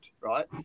right